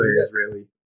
Israeli